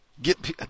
get